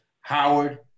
Howard